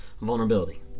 vulnerability